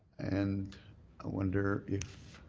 and i wonder if